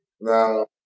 Now